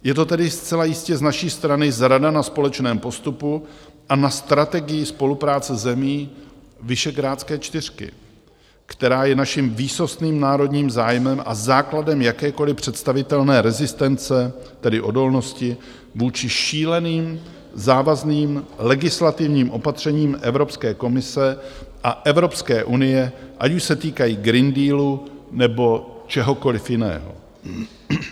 Je to tedy zcela jistě z naší strany zrada na společném postupu a na strategii spolupráce zemí Visegrádské čtyřky, která je naším výsostným národním zájmem a základem jakékoliv představitelné rezistence, tedy odolnosti, vůči šíleným závazným legislativním opatřením Evropské komise a Evropské unie, ať už se týkají Green Dealu, nebo čehokoliv jiného.